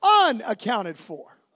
unaccounted-for